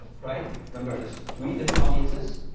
right? remember there's three different audiences,